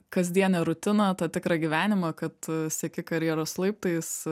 kasdienę rutiną tą tikrą gyvenimą kad sieki karjeros laiptais